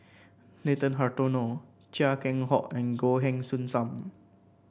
Nathan Hartono Chia Keng Hock and Goh Heng Soon Sam